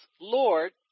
Lord